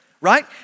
right